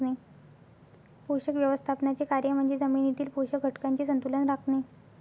पोषक व्यवस्थापनाचे कार्य म्हणजे जमिनीतील पोषक घटकांचे संतुलन राखणे